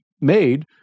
made